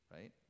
right